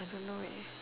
don't know where